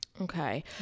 Okay